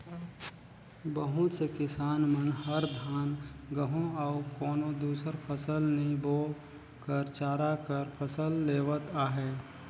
बहुत से किसान मन हर धान, गहूँ अउ कोनो दुसर फसल नी बो कर चारा कर फसल लेवत अहे